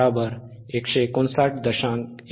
19 hertz 159